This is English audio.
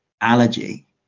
allergy